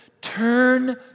turn